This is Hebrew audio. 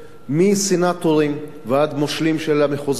מסנטורים ועד מושלים של המחוזות,